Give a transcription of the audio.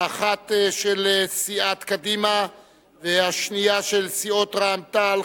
האחת של סיעת קדימה והשנייה של סיעות רע"ם-תע"ל,